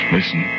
Listen